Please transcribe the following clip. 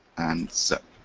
and zip.